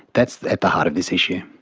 that's at the heart of this issue.